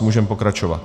Můžeme pokračovat.